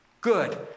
Good